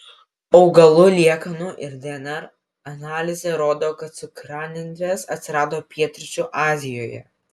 augalų liekanų ir dnr analizė rodo kad cukranendrės atsirado pietryčių azijoje